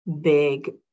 big